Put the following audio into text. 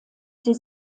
sie